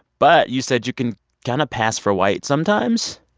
but you said you can kind of pass for white sometimes.